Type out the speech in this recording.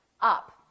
up